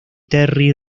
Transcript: terry